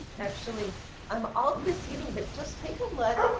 actually i'm all proceeding but just take a look.